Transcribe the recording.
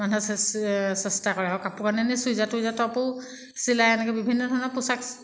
মানুহে চে চেষ্টা কৰে আৰু কাপোৰ কানি ইনেই চুইজাৰ টুইজাৰ টপো চিলায় এনেকৈ বিভিন্ন ধৰণৰ পোচাক